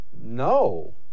no